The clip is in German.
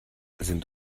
sind